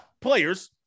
players